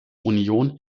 union